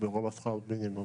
כמו שכר מינימום.